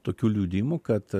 tokių liudijimų kad